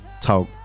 talk